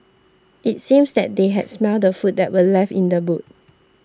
it seemed that they had smelt the food that were left in the boot